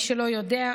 מי שלא יודע,